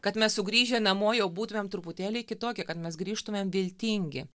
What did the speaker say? kad mes sugrįžę namo jau būtumėm truputėlį kitokie kad mes grįžtumėm viltingi